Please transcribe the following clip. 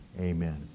Amen